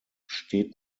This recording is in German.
steht